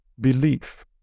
belief